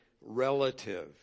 relative